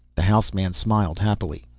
the house man smiled happily,